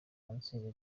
kanseri